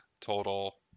total